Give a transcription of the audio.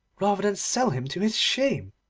rather than sell him to his shame?